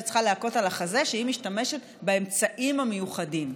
שצריכה להכות על החזה שהיא משתמשת באמצעים המיוחדים.